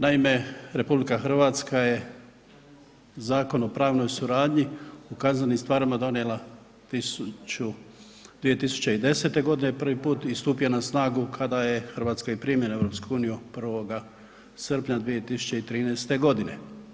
Naime, RH je Zakon o pravnoj suradnji u kaznenim stvarima donijela tisuću, 2010. godine prvi put i stupio na snagu kada je Hrvatska i primljena u EU 1. srpnja 2013. godine.